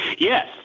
Yes